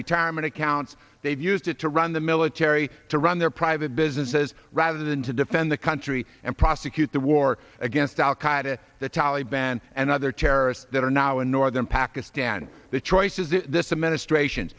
retirement accounts they've used it to run the military to run their private businesses rather than to defend the country and prosecute the war against al qaida the taliban and other terrorists that are now in northern pakistan the choice is the administration